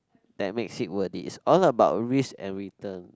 that makes it worth it is all about risk and return